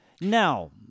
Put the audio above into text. Now